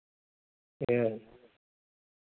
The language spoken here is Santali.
ᱦᱮᱸ